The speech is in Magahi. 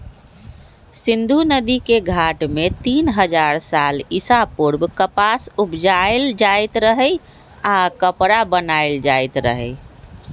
सिंधु नदिके घाट में तीन हजार साल ईसा पूर्व कपास उपजायल जाइत रहै आऽ कपरा बनाएल जाइत रहै